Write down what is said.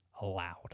allowed